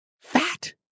fat